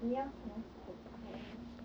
你要什么 superpower